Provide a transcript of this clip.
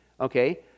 okay